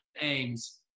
aims